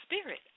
spirit